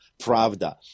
Pravda